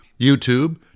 YouTube